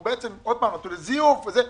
הוא נתון לזיוף וכן הלאה.